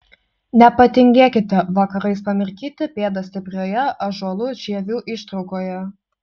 nepatingėkite vakarais pamirkyti pėdas stiprioje ąžuolų žievių ištraukoje